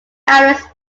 outer